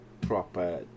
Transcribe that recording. proper